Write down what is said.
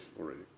already